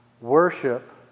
worship